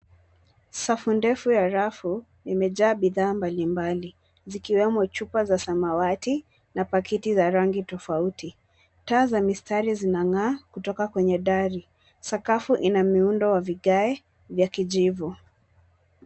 Safu ndefu ya rafu, imejaa bidhaa mbalimbali zikiwemo chupa za samawati na pakiti za rangi tofauti. Taa za mistari zinang'aa kutoka kwenye dari. Sakafu ina miundo wa vigae ya kijivu.